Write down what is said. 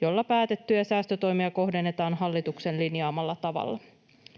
jolla päätettyjä säästötoimia kohdennetaan hallituksen linjaamalla tavalla.